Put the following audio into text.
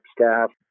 staff